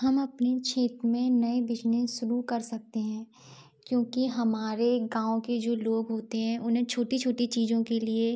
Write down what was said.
हम अपने क्षेत्र में नए बिजनेस शुरू कर सकते है क्योंकि हमारे गाँव के जो लोग होते हैं उन्हें छोटी छोटी चीज़ों के लिए